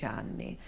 anni